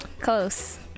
Close